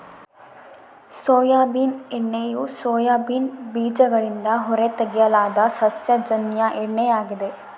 soybean ಎಣ್ಣೆಯು soybean ಬೀಜಗಳಿಂದ ಹೊರತೆಗೆಯಲಾದ ಸಸ್ಯಜನ್ಯ ಎಣ್ಣೆ ಆಗಿದೆ